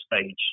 stage